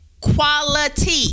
quality